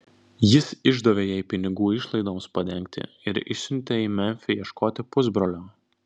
jis išdavė jai pinigų išlaidoms padengti ir išsiuntė į memfį ieškoti pusbrolio